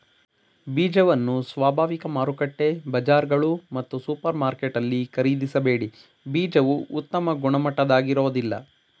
ಬೀಜವನ್ನು ಸ್ವಾಭಾವಿಕ ಮಾರುಕಟ್ಟೆ ಬಜಾರ್ಗಳು ಮತ್ತು ಸೂಪರ್ಮಾರ್ಕೆಟಲ್ಲಿ ಖರೀದಿಸಬೇಡಿ ಬೀಜವು ಉತ್ತಮ ಗುಣಮಟ್ಟದಾಗಿರೋದಿಲ್ಲ